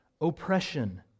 Oppression